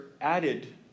added